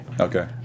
Okay